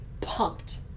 pumped